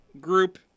Group